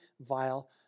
vile